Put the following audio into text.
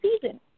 season